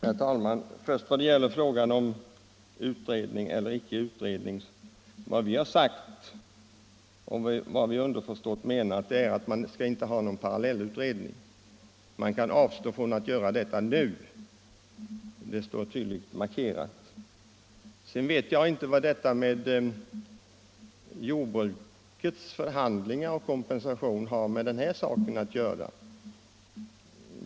Herr talman! Vad vi har sagt, uttryckligen eller underförstått, beträffande frågan om utredning eller icke utredning är att det icke skall göras någon parallellutredning. Man kan avstå från att göra en speciell utredning nu. Det står tydligt i betänkandet. Sedan förstår jag inte vad jordbrukets förhandlingar om kompensation har med denna sak att göra.